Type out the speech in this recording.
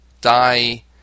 die